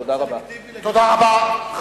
תודה רבה.